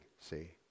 see